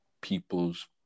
people's